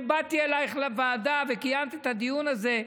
ובאתי אלייך לוועדה וקיימת את הדיון הזה,